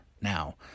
now